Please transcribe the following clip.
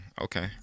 okay